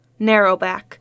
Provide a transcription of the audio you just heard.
Narrowback